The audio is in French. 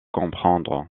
comprendre